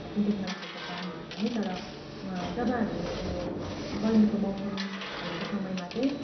सिन्टेक्समा राखेको पानीहरू पनि तर जब हामी यो गर्मीको मौसमहरूको समयमा चाहिँ